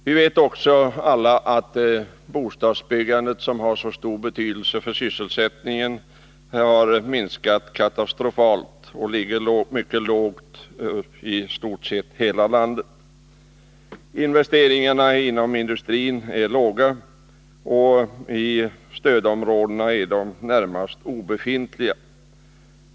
Vi vet också alla att bostadsbyggandet, som har så stor betydelse för sysselsättningen, har minskat katastrofalt och ligger mycket lågt istort sett i hela landet. Investeringarna inom industrin är låga och i stödområdena närmast obefintliga.